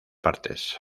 partes